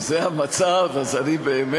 אם זה המצב, אז אני באמת,